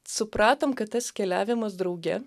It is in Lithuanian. supratom kad tas keliavimas drauge